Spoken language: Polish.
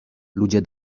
ludzie